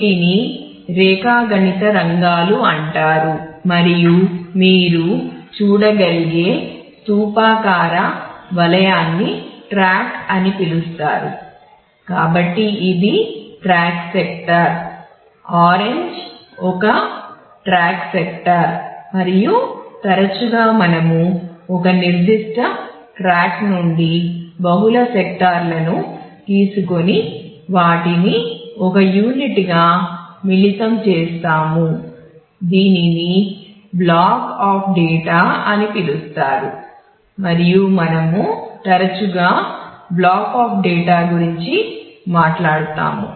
వీటిని రేఖాగణిత రంగాలు అంటారు మరియు మీరు చూడగలిగే స్థూపాకార వలయాన్ని ట్రాక్ అని పిలుస్తారు మరియు మనము తరచుగా బ్లాక్ ఆఫ్ డేటా గురించి మాట్లాడుతాము